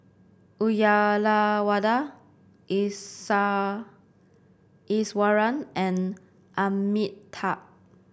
Uyyalawada Iswaran and Amitabh